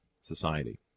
society